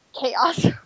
chaos